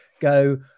go